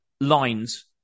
lines